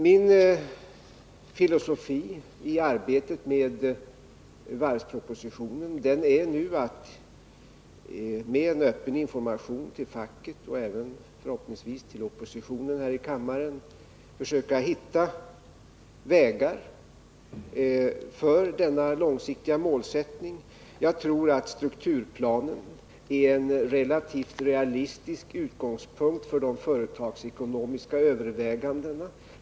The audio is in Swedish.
Min filosofi i arbetet med varvspropositionen är nu att med öppen information till facket och förhoppningsvis tillsammans med oppositionen här i kammaren försöka hitta vägar för att uppnå denna långsiktiga målsättning. Jag tror att strukturplanen är en relativt realistisk utgångspunkt för de företagsekonomiska övervägandena.